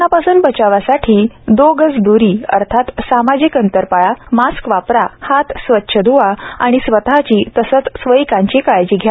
कोरोंनापासून बचवासाठी दो गज द्री अर्थात सामाजिक अंतर पाळा मास्क वापरा हात स्वच्छ ध्वा आणि स्वतःची तसेच स्वकीयांची काळजी घ्या